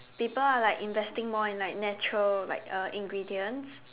people are like investing more in like natural like uh ingredients